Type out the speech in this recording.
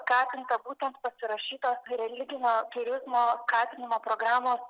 skatinta būtent pasirašytos religinio turizmo skatinimo programos